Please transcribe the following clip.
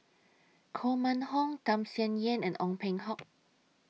Koh Mun Hong Tham Sien Yen and Ong Peng Hock